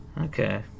Okay